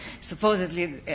Supposedly